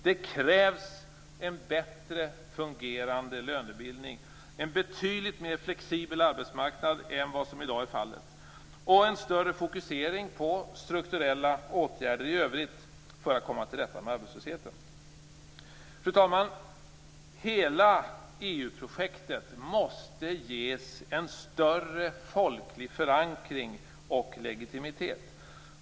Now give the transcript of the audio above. Det krävs en bättre fungerande lönebildning och en betydligt mer flexibel arbetsmarknad än vad som i dag är fallet. Dessutom krävs det en större fokusering på strukturella åtgärder i övrigt för att komma till rätta med arbetslösheten. Fru talman! Hela EU-projektet måste ges en större folklig förankring och legitimitet.